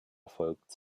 erfolgt